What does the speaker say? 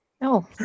no